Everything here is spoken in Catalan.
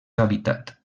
habitat